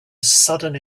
sudden